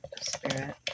Spirit